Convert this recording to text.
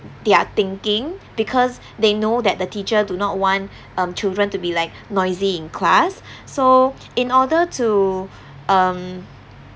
their thinking because they know that the teacher do not want um children to be like noisy in class so in order to um